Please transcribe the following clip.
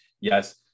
yes